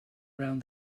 around